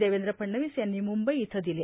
देवेंद्र फडणवीस यांनी म्रंबई इथं दिले